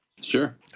Sure